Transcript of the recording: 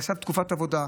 עכשיו זו תקופת עבודה.